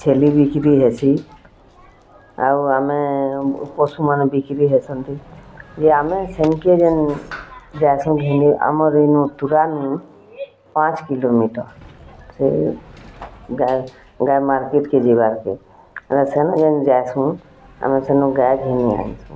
ଛେଲି ବିକ୍ରି ହେସି ଆଉ ଆମେ ପଶୁମାନେ ବିକ୍ରି ହେସନ୍ ଯେ ଆମେ ସେନ୍କେ ଯେନ୍ ଯାଏସୁଁ ଘିନି ଆମର୍ ଇନୁ ଦୂରାନୁ ପାଞ୍ଚ୍ କିଲୋମିଟର୍ ସେ ଗାଏ ଗାଏ ମାର୍କେଟ୍କେ ଯିବାକେ ଆମେ ସେନୁ ଯେନ୍ ଯାଏସୁଁ ଆମେ ସେନୁ ଗାଏ ଘିନି ଆନ୍ସୁଁ